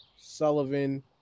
sullivan